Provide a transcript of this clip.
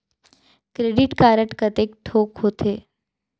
Credit card कतेक ठोक होथे?